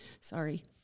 Sorry